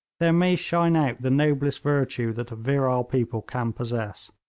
there may shine out the noblest virtue that a virile people can possess.